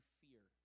fear